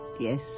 Yes